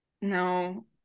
No